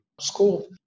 school